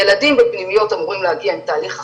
ילדים בפנימיות אמורים להגיע עם תהליך הכנה,